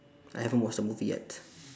I haven't watch the movie yet